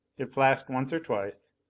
it flashed once or twice,